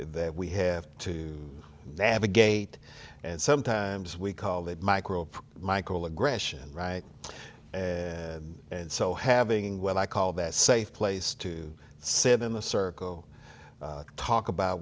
there we have to navigate and sometimes we call it micro michel aggression right and and so having what i call that safe place to sit in a circle talk about